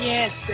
Yes